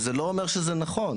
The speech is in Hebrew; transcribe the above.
זה לא אומר שזה נכון.